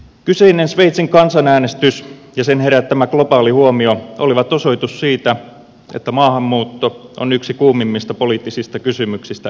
kyseinen sveitsin kansanäänestys ja sen herättämä globaali huomio olivat osoitus siitä että maahanmuutto on yksi kuumimmista poliittisista kysymyksistä euroopassa